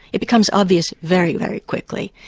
it becomes obvious very, very quickly,